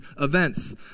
events